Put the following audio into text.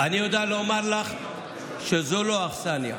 אני יודע לומר לך שזו לא האכסניה,